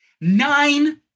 Nine